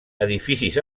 edificis